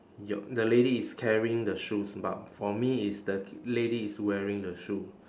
your the lady is carrying the shoes but for me it's the lady is wearing the shoe